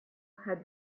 had